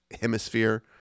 hemisphere